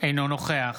אינו נוכח